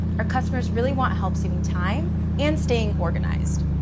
our customers really want help saving time and staying organized.